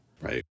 Right